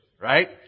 right